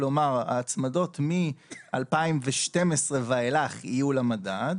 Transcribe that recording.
כלומר ההצמדות מ-2012 ואילך יהיו למדד,